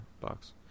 box